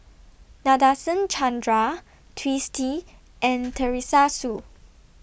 Nadasen Chandra Twisstii and Teresa Hsu